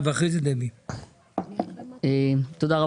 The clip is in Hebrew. תודה רבה